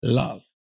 love